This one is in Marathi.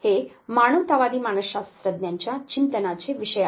हे मानवतावादी मानसशास्त्रज्ञांच्या चिंतनाचे विषय आहेत